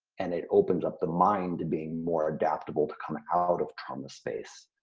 and it opens up the mind to being more adaptable to come out of trauma space.